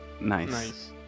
Nice